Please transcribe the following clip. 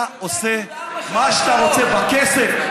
אתה עושה מה שאתה רוצה בכסף.